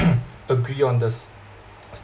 agree on the